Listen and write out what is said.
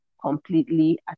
completely